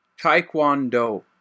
Taekwondo